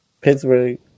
Pittsburgh